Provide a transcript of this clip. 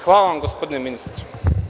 Hvala vam, gospodine ministre.